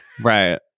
Right